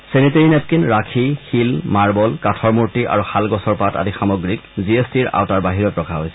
sanitary napkin rakhi শিল marble কাঠৰ মূৰ্তি আৰু শালগছৰ পাত আদি সামগ্ৰীক জি এছ টিৰ আওতাৰ বাহিৰত ৰখা হৈছে